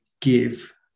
give